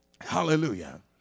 Hallelujah